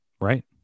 Right